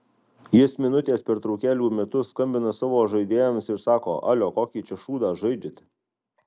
jis minutės pertraukėlių metu skambina savo žaidėjams ir sako alio kokį čia šūdą žaidžiate